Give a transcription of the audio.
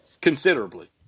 Considerably